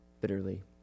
bitterly